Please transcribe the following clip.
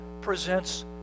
presents